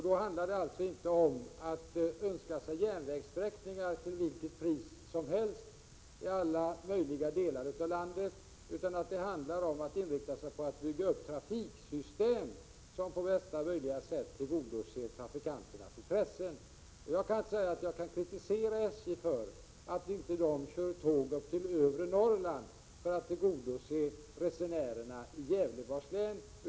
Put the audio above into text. Då handlar det alltså inte om att önska sig järnvägssträckningar till vilket pris som helst i alla möjliga delar av landet, utan det handlar om att inrikta sig på att bygga upp trafiksystem som på bästa möjliga sätt tillgodoser trafikanternas intressen. Jag kan inte kritisera SJ för att de inte kör tåg upp till övre Norrland för att tillgodose resenärerna i Gävleborgs län.